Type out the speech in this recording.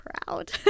proud